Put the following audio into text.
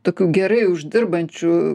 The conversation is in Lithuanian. tokių gerai uždirbančių